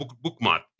bookmark